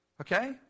okay